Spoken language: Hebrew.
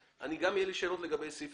יהיו לי גם שאלות לגבי סעיף